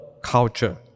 culture